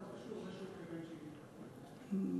זה לא קשור שהוא בן 70. אם